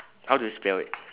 how do you spell it